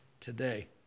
today